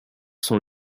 sont